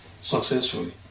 successfully